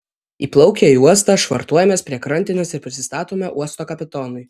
įplaukę į uostą švartuojamės prie krantinės ir prisistatome uosto kapitonui